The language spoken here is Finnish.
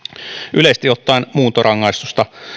yleisesti ottaen muuntorangaistusta